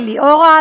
לליאורה,